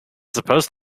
supposed